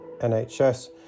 NHS